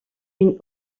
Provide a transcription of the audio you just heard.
une